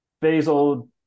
Basil